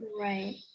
Right